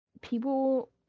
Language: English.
people